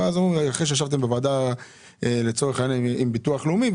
אחרי שישבתם בוועדה עם ביטוח לאומי,